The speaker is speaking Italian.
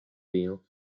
vino